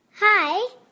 Hi